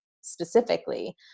specifically